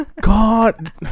God